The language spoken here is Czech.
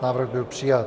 Návrh byl přijat.